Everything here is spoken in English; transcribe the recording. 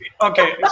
Okay